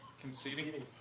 conceding